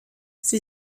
sie